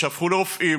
שהפכו לרופאים,